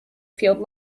field